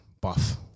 buff